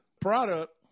product